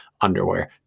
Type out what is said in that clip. underwear